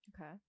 Okay